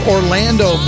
Orlando